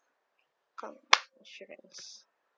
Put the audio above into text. call insurance